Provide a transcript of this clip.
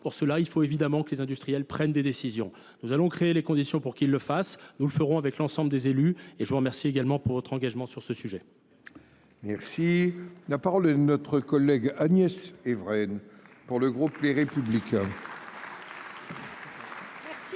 pour cela, il faut évidemment que les industriels prennent des décisions. Nous allons créer les conditions pour qu'ils le fassent. Nous le ferons avec l'ensemble des élus. Et je vous remercie également pour votre engagement sur ce sujet. Merci. La parole est de notre collègue Agnès Evreine pour le groupe Les Républicains.